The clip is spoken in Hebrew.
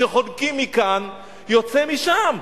כשחונקים מכאן, יוצא משם.